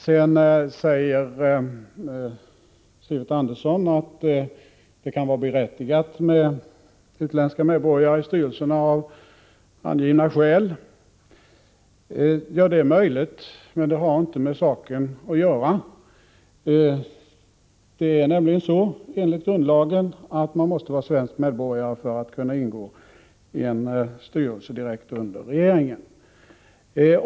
Sedan säger Sivert Andersson att det av angivna skäl kan vara berättigat med utländska medborgare i styrelserna. Ja, det är möjligt, men det har inte med saken att göra. Det är nämligen så enligt grundlagen att man måste vara svensk medborgare för att kunna ingå i en styrelse direkt under regeringen.